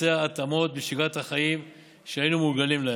לבצע התאמות בשגרת החיים שהיינו מורגלים בה.